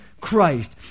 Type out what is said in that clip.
Christ